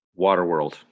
Waterworld